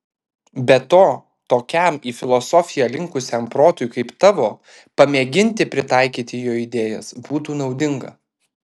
be to tokiam į filosofiją linkusiam protui kaip tavo pamėginti pritaikyti jo idėjas būtų naudinga